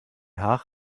haag